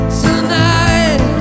tonight